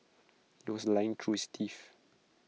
he was lying through his teeth